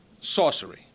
sorcery